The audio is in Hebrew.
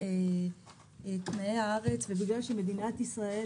בגלל תנאי הארץ ובגלל שמדינת ישראל,